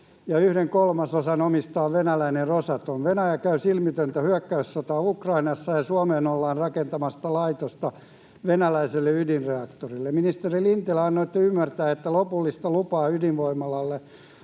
ja yhden kolmasosan omistaa venäläinen Rosatom. Venäjä käy silmitöntä hyökkäyssotaa Ukrainassa, ja Suomeen ollaan rakentamassa laitosta venäläiselle ydinreaktorille. Ministeri Lintilä, annoitte ymmärtää, että lopullista lupaa ydinvoimalalle